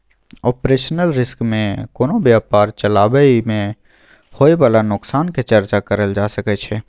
operational risk में कोनो व्यापार चलाबइ में होइ बाला नोकसान के चर्चा करल जा सकइ छइ